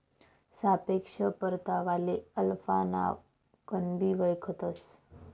सापेक्ष परतावाले अल्फा नावकनबी वयखतंस